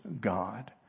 God